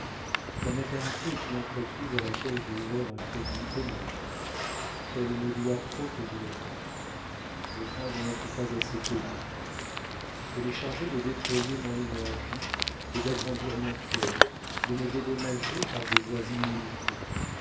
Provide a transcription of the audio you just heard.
la maternité est une entreprise à laquelle j'ai ouvert un crédit énorme elle me doit trop aujourd'hui je crains de n'être pas assez payée elle est chargée de déployer mon énergie et d'agrandir mon cœur de me dédommager par des joies illimitées